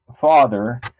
father